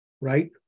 right